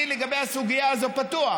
אני, לגבי הסוגיה הזאת פתוח.